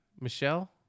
Michelle